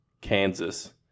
Kansas